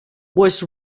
was